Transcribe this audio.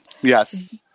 yes